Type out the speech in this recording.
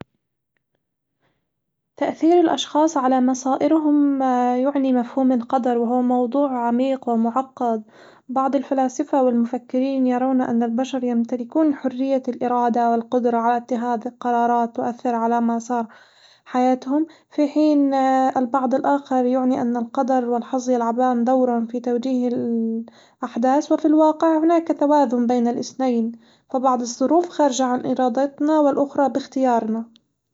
تأثير الأشخاص على مصائرهم يعني مفهوم القدر وهو موضوع عميق ومعقد، بعض الفلاسفة والمفكرين يرون أن البشر يمتلكون حرية الإرادة والقدرة على اتخاذ القرارات تؤثر على مسار حياتهم، في حين البعض الآخر يعني أن القدر والحظ يلعبان دورًا في توجيه ال- الأحداث، وفي الواقع هناك توازن بين الاثنين، فبعض الظروف خارجة عن إرادتنا والأخرى باختيارنا.